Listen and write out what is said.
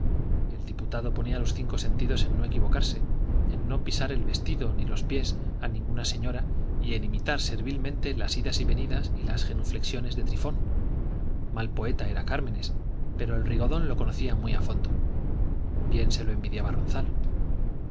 el diputado ponía los cinco sentidos en no equivocarse en no pisar el vestido ni los pies a ninguna señorita y en imitar servilmente las idas y venidas y las genuflexiones de trifón mal poeta era cármenes pero el rigodón lo conocía muy a fondo bien se lo envidiaba ronzal